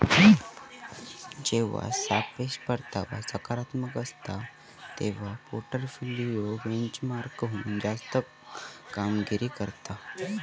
जेव्हा सापेक्ष परतावा सकारात्मक असता, तेव्हा पोर्टफोलिओ बेंचमार्कहुन जास्त कामगिरी करता